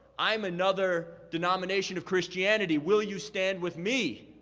i'm another denomination of christianty, will you stand with me?